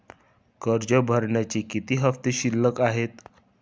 कर्ज भरण्याचे किती हफ्ते शिल्लक आहेत?